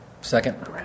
Second